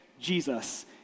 Jesus